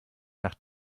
nach